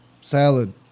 salad